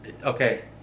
Okay